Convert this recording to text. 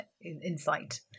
insight